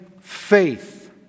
faith